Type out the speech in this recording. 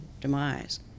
demise